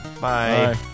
Bye